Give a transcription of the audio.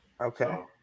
okay